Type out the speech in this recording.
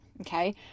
okay